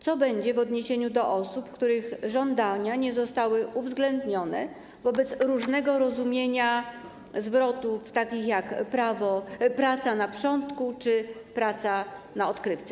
Co będzie w odniesieniu do osób, których żądania nie zostały uwzględnione wobec różnego rozumienia zwrotów takich jak praca na przodku czy praca na odkrywce?